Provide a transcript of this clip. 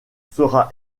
sera